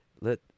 let